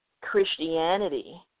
Christianity